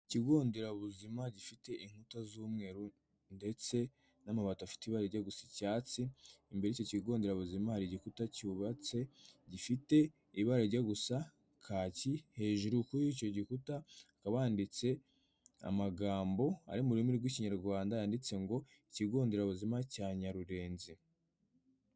Ikigo nderabuzima gifite inkuta z'umweru ndetse n'amabati afite ibara rijya gusa icyatsi, imbere y'icyo kigo nderabuzima hari igikuta cyubatse gifite ibara rijya gusa kaki, hejuru kuri icyo gikuta hakaba handitse amagambo ari mu rurimi rw'Ikinyarwanda yanditse ngo ikigo nderabuzima cya Nyarurenzi.